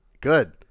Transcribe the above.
good